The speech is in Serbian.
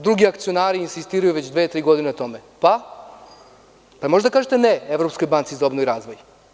Drugi akcionari insistiraju već dve, tri godine na tome, pa da li možete da kažete ne Evropskoj banci za obnovu i razvoj?